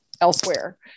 elsewhere